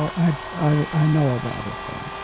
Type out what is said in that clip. i i know about it though.